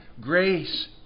grace